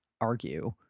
argue